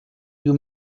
you